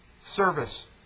service